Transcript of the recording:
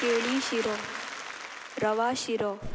केळी शिरो रवा शिरो